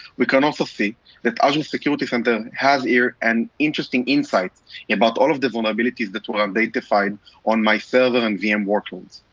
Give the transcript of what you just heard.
we can also see that azure security center has here an interesting insight about all of the vulnerabilities that were um identified on my server and vm workloads.